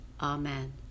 Amen